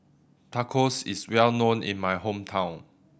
tacos is well known in my hometown